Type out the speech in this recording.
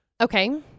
Okay